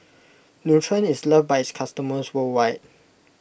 Nutren is loved by its customers worldwide